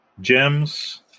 gems